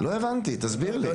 לא הבנתי תסביר לי,